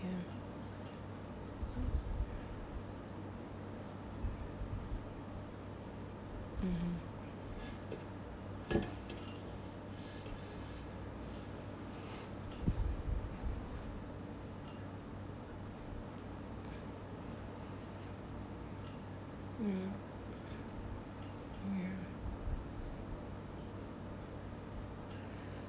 ya (uh huh) uh ya